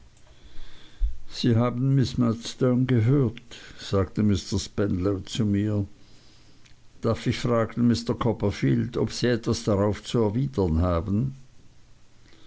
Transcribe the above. sie haben miß murdstone gehört sagte mr spenlow zu mir darf ich fragen mr copperfield ob sie etwas drauf zu erwidern haben